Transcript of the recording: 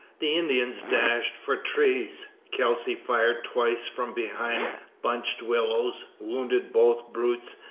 the indians dashed for trees. kelsey fired twice from behind bunch willows, wounded both brutes,